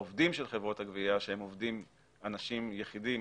העובדים של חברות הגבייה שהם אנשים יחידים